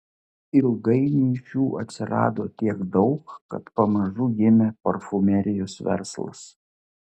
ilgainiui šių atsirado tiek daug kad pamažu gimė parfumerijos verslas